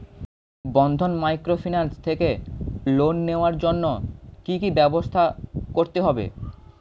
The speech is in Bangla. বন্ধন মাইক্রোফিন্যান্স থেকে লোন নেওয়ার জন্য কি কি ব্যবস্থা করতে হবে?